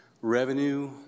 revenue